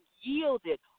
yielded